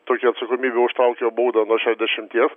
tokia atsakomybė užtraukia baudą nuo šešiasdešimties